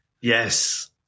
Yes